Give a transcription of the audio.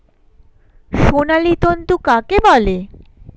সোনালী তন্তু কাকে বলে?